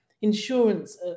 Insurance